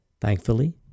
Thankfully